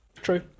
True